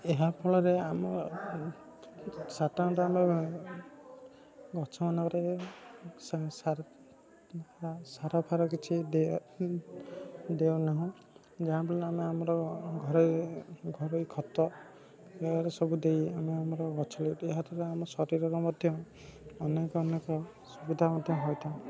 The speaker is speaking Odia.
ଏହାଫଳରେ ଆମ ସାଧାରଣତ ଆମେ ଗଛମାନଙ୍କରେ ସାର ଫାର କିଛି ଦେଉନାହୁଁ ଯାହା ଫଳରେ ଆମେ ଆମର ଘରୋଇ ଘରୋଇ ଖତ ସବୁ ଦେଇ ଆମେ ଆମର ଗଛ ଏହାଦ୍ୱାରା ଆମ ଶରୀରର ମଧ୍ୟ ଅନେକ ଅନେକ ସୁବିଧା ମଧ୍ୟ ହୋଇଥାଏ